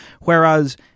Whereas